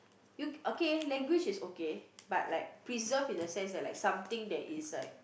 you okay language is okay but like preserved in the sense like something that is like